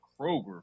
Kroger